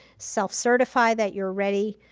self-certify that you're ready,